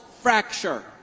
fracture